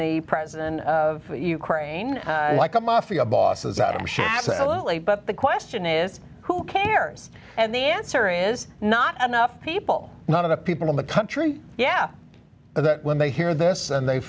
the president of ukraine like a mafia bosses out of shasta l a but the question is who cares and the answer is not enough people none of the people in the country yeah that when they hear this and they